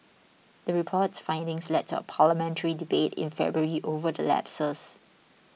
the report's findings led to a parliamentary debate in February over the lapses